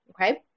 Okay